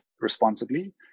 responsibly